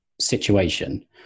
situation